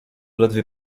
ledwie